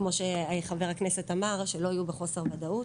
כמו שאמר חבר הכנסת, שלא יהיו בחוסר ודאות.